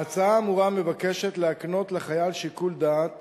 ההצעה האמורה מבקשת להקנות לחייל שיקול דעת